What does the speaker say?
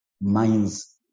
minds